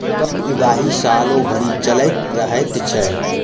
कर उगाही सालो भरि चलैत रहैत छै